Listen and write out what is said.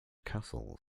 castles